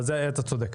אבל זה אתה צודק.